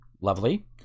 Lovely